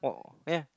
what yeah